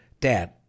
Dad